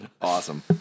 Awesome